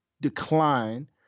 decline